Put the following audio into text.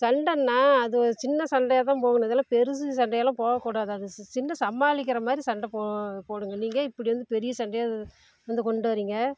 சண்டைன்னா அது ஒரு சின்ன சண்டையாக தான் போகணும் இதெல்லாம் பெருசு சண்டையெல்லாம் போகக்கூடாது அது சி சின்ன சமாளிக்கிற மாதிரி சண்டை போ போடுங்க நீங்கள் ஏன் இப்படி வந்து பெரிய சண்டையாக இது வந்து கொண்டு வர்றீங்க